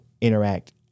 interact